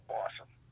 awesome